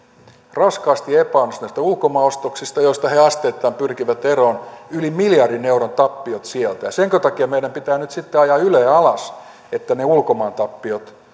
raskaasti epäonnistuneista ulkomaanostoksista joista he asteittain pyrkivät eroon yli miljardin euron tappiot sieltä senkö takia meidän pitää nyt sitten ajaa yle alas että ne ulkomaantappiot